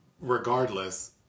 Regardless